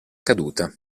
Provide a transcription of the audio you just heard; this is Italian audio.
caduta